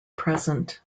present